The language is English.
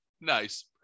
Nice